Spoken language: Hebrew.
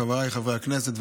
חבריי חברי הכנסת.